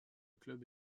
club